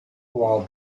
while